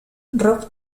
rob